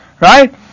Right